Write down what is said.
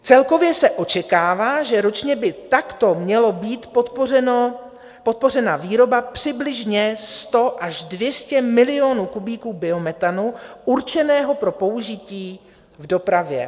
Celkově se očekává, že ročně by takto mělo být podpořena výroba přibližně 100 až 200 milionů kubíků biometanu určeného pro použití v dopravě.